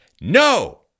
no